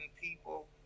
people